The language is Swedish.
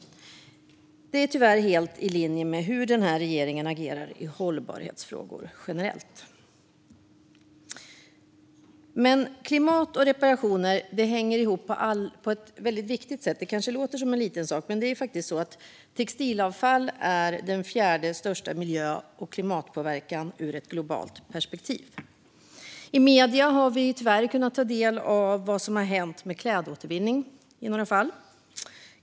Det är tyvärr helt i linje med hur regeringen agerar i hållbarhetsfrågor generellt. Klimat och reparationer hänger ihop på ett väldigt viktigt sätt. Det kanske låter som en liten sak, men textilavfall har faktiskt den fjärde största miljö och klimatpåverkan ur ett globalt perspektiv. I medierna har vi kunnat ta del av vad som i några fall tyvärr hänt med klädåtervinning.